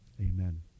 Amen